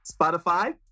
Spotify